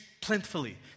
plentifully